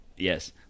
Yes